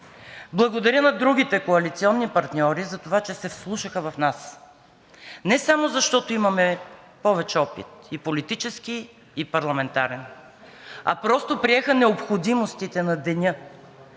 Благодаря на другите коалиционни партньори затова, че се вслушаха в нас не само защото имаме повече опит – и политически, и парламентарен, а просто приеха необходимостите на деня,